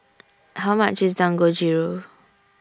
How much IS Dangojiru